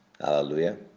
Hallelujah